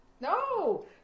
No